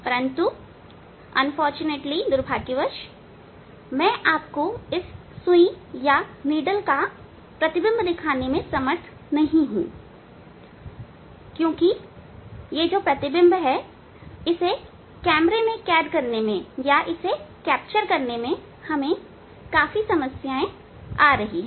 परंतु दुर्भाग्यवश मैं आपको नीडल का प्रतिबिंब दिखाने में समर्थ नहीं हूं क्योंकि हमें प्रतिबिंब को कैमरे में कैद करने में समस्याएं आ रही हैं